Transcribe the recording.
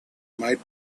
might